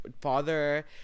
father